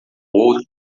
outro